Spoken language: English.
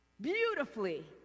beautifully